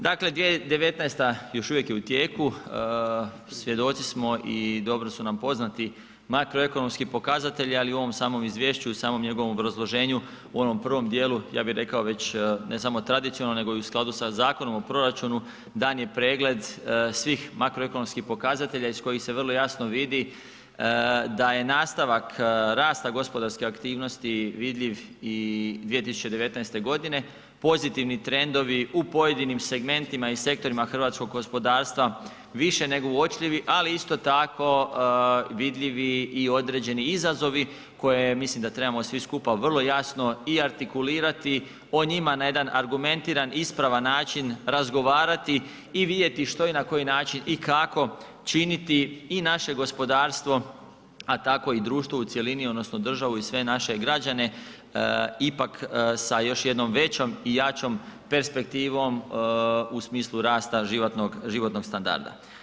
Dakle 2019. još uvijek je u tijeku, svjedoci smo i dobro su nam poznati makroekonomski pokazatelji ali u ovom samom izvješću, u samom njegovom obrazloženju u onom prvom djelu, ja bi rekao već ne samo tradicionalno nego i u skladu sa Zakonom o proračunu, dan je pregled svih makroekonomskih pokazatelja iz kojih se vrlo jasno vidi da je nastavak rasta gospodarske aktivnosti vidljiv i 2019. g., pozitivni trendovi u pojedinim segmentima i sektorima hrvatskog gospodarstva više nego uočljivi ali isto tako vidljivi i određeni izazovi koje mislim da trebamo svi skupa vrlo jasno i artikulirati o njima na jedan argumentiran, ispravan način razgovarati i vidjeti što i na koji način i kako činiti i naše gospodarstvo a tako i društvo u cjelini odnosno državu i sve naše građane ipak sa još jednom većom i jačom perspektivom u smislu rasta životnog standarda.